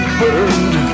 burned